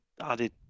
added